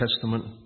Testament